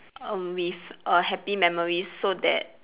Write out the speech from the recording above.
um with err happy memories so that